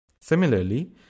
Similarly